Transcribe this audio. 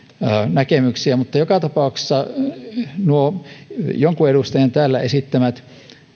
näkemyksiä mutta joka tapauksessa nuo jonkun edustajan täällä esittämät